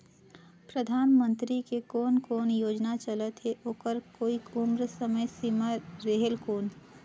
परधानमंतरी के कोन कोन योजना चलत हे ओकर कोई उम्र समय सीमा रेहेल कौन?